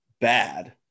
bad